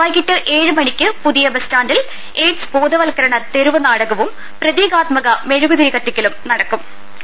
വൈകിട്ട് ഏഴ് മണിക്ക് പുതിയ ബ്സ് സ്റ്റാന്റിൽ എയ്ഡ്സ് ബോധ വൽക്കരണ തെരുവ് നാടകവും പ്രതീകാത്മക മെഴുകുതിരി കത്തിക്കലും നടക്കുര്